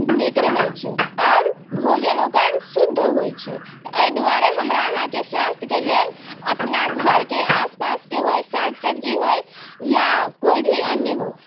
नीक रहैत छै आओर भोजन ओकर शुद्ध होइत छै तऽ एहि दुआरे हमरा अहाँकेँ स्वास्थ्यके लेल अपना घरके आस पासके होय साग सब्जी होय या कोइ भी अन्न होय